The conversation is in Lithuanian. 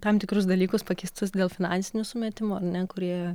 tam tikrus dalykus pakeistus dėl finansinių sumetimų ar ne kurie